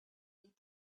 need